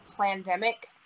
pandemic